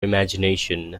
imagination